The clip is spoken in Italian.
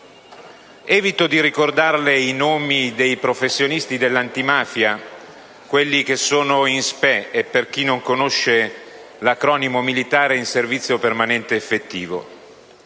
Evito di ricordarle i nomi dei professionisti dell'antimafia, quelli che sono in SPE (per chi non conosce l'acronimo militare: in servizio permanente effettivo).